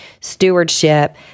stewardship